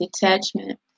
detachment